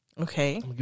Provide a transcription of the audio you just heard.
Okay